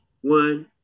one